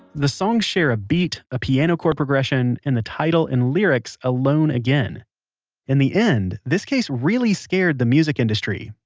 the songs share a beat, beat, a piano chord progression, and the title and lyrics alone again in the end, this case really scared the music industry.